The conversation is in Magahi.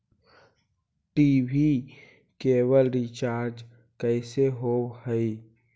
टी.वी केवल रिचार्ज कैसे होब हइ?